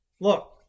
look